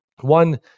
One